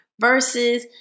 versus